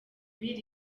bill